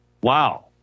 Wow